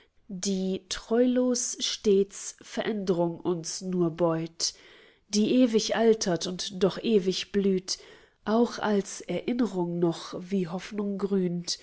die treulos stets verändrung uns nur beut die ewig altert und doch ewig blüht auch als erinnrung noch wie hoffnung grünt